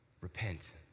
repent